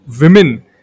women